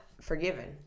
forgiven